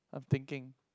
thinking